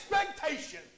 expectation